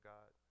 God